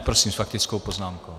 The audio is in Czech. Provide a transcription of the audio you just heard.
Prosím s faktickou poznámkou.